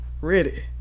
Ready